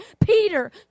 Peter